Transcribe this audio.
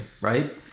right